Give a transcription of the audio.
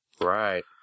right